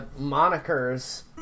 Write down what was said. monikers